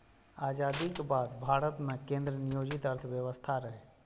आजादीक बाद भारत मे केंद्र नियोजित अर्थव्यवस्था रहै